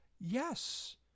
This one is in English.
yes